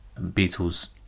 Beatles